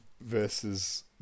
versus